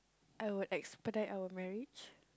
I would expedite our marriage